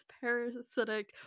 parasitic